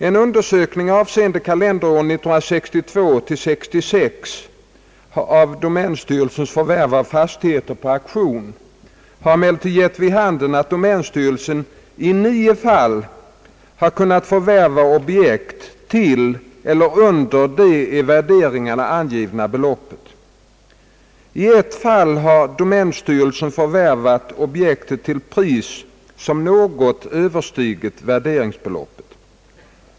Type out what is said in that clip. En undersökning avseende kalenderåren 1962—1966 av domänstyrelsens förvärv av fastigheter på auktioner har emellertid gett vid handen att domänstyrelsen i nio fall har kunnat förvärva objekt till eller under det i värderingarna angivna beloppet, i ett fall har domänstyrelsen förvärvat objektet till pris som något överstiger värderingsbeloppet.